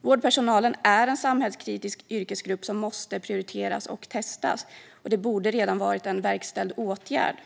Vårdpersonalen är en för samhället kritisk yrkesgrupp som måste prioriteras och testas. Det borde redan ha varit en verkställd åtgärd.